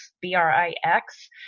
B-R-I-X